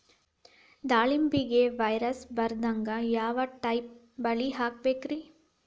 ದಾಳಿಂಬೆಗೆ ವೈರಸ್ ಬರದಂಗ ಯಾವ್ ಟೈಪ್ ಬಲಿ ಹಾಕಬೇಕ್ರಿ?